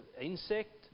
insect